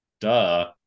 Duh